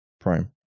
Prime